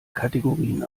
kategorien